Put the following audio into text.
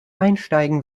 einsteigen